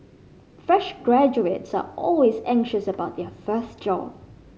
fresh graduates are always anxious about their first job